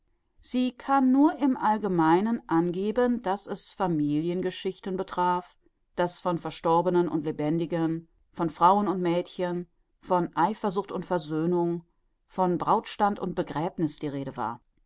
sie kann nur im allgemeinen angeben daß es familiengeschichten betraf daß von verstorbenen und lebendigen von frauen und mädchen von eifersucht und versöhnung von brautstand und begräbniß die rede war